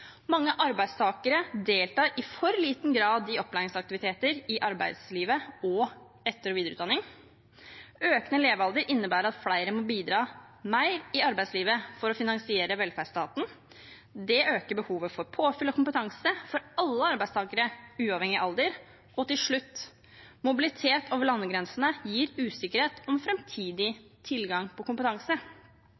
Mange arbeidstakere deltar i for liten grad i opplæringsaktiviteter i arbeidslivet og etter- og videreutdanning. Økende levealder innebærer at flere må bidra mer i arbeidslivet for å finansiere velferdsstaten. Det øker behovet for påfyll av kompetanse for alle arbeidstakere, uavhengig av alder. Og til slutt: Mobilitet over landegrensene gir usikkerhet om